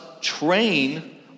train